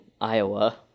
Iowa